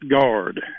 Guard